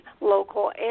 local